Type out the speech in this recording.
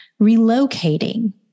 Relocating